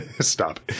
stop